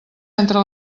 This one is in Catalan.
entre